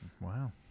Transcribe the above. Wow